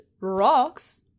rocks